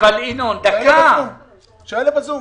שיעלה ב-זום.